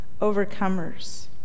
overcomers